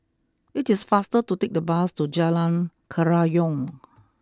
it is faster to take the bus to Jalan Kerayong